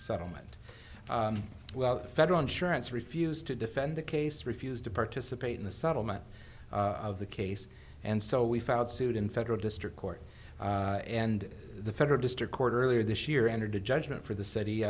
settlement well the federal insurance refused to defend the case refused to participate in the settlement of the case and so we filed suit in federal district court and the federal district court earlier this year entered a judgment for the city